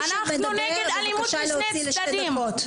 חברים, מי שמדבר, בבקשה, להוציא לשתי דקות.